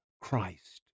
Christ